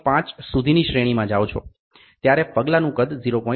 5 સુધીની શ્રેણીમાં જાઓ છો ત્યારે પગલાનું કદ 0